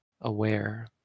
aware